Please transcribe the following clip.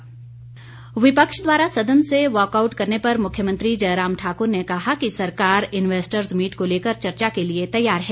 मुख्यमंत्री विपक्ष द्वारा सदन से वाकआउट करने पर मुख्यमंत्री जयराम ठाकुर ने कहा कि सरकार इनवेस्टर मीट को लेकर चर्चा के लिए तैयार है